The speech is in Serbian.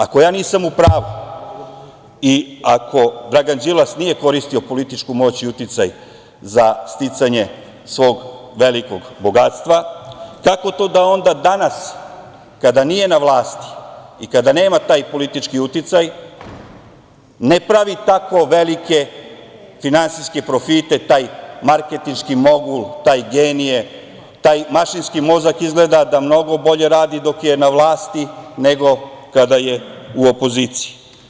Ako ja nisam u pravu, i ako Dragan Đilas nije koristio političku moć i uticaj za sticanje svog velikog bogatstva, kako to da onda danas kada nije na vlasti i kada nema taj politički uticaj ne pravi tako veliki finansijske profite, taj marketinški modul, taj genije, taj mašinski mozak izgleda da mnogo bolje radi, dok je na vlasti, nego kada je u opoziciji.